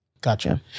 Gotcha